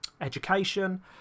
education